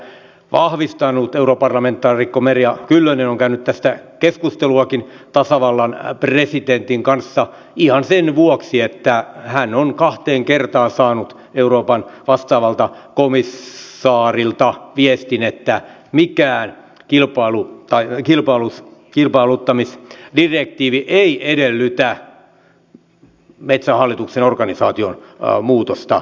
europarlamentaarikko merja kyllönen on käynyt tästä keskusteluakin tasavallan presidentin kanssa ihan sen vuoksi että hän on kahteen kertaan saanut euroopan vastaavalta komissaarilta viestin että mikään kilpailuttamisdirektiivi ei edellytä metsähallituksen organisaation muutosta